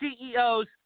CEOs –